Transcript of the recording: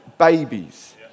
babies